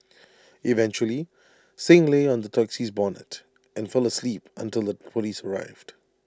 eventually Singh lay on the taxi's bonnet and fell asleep until the Police arrived